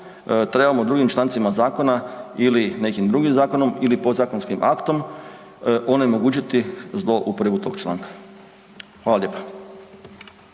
trebamo drugim člancima zakona ili nekim drugim zakonom ili podzakonskim aktom onemogućiti zlouporabu tog članka. Hvala lijepa.